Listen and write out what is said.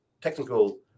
technical